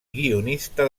guionista